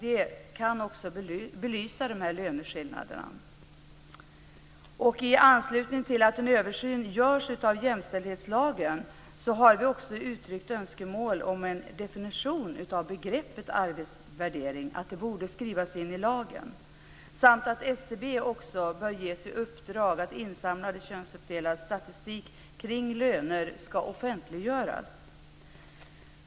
Den kan också belysa dessa löneskillnader. I anslutning till att en översyn görs av jämställdhetslagen har vi också uttryckt önskemål om att en definition av begreppet arbetsvärdering borde skrivas in i lagen, samt att SCB bör ges i uppdrag att offentliggöra insamlad könsuppdelad statistik kring löner.